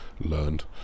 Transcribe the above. learned